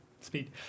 Speed